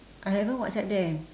I haven't whatsapp them